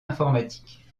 informatique